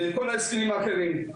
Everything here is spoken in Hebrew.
וכל ההסכמים האחרים.